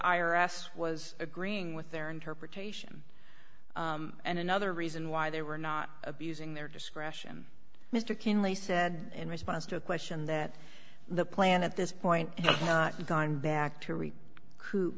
s was agreeing with their interpretation and another reason why they were not abusing their discretion mr kinley said in response to a question that the plan at this point not gone back to read c